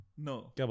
No